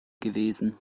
gewesen